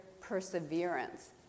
perseverance